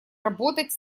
работать